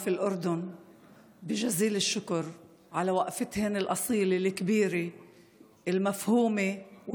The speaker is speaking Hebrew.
שלנו בירדן ברוב תודות על עמידתם האותנטית והעצומה,